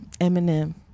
Eminem